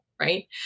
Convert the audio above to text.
Right